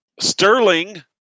Sterling